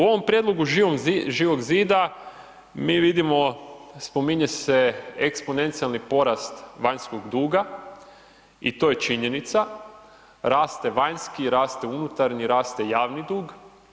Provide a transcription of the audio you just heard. U ovom prijedlogu Živog zida, mi vidimo, spominje se eksponencijalni porast vanjskog duga i to je činjenica, raste vanjski, raste unutarnji, raste javni dug.